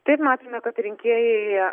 taip matome kad rinkėjai